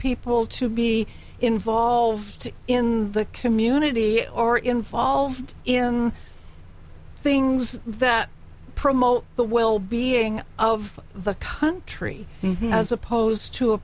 people to be involved in the community or involved in things that promote the well being of the country as opposed to a